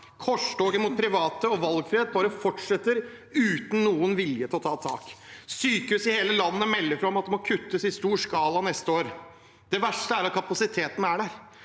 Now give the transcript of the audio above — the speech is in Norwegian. Korstoget mot private og valgfrihet bare fortsetter uten noen vilje til å ta tak. Sykehus i hele landet melder fra om at det må kuttes i stor skala neste år. Det verste er at kapasiteten er der.